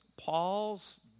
Paul's